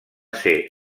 ser